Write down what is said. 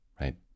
right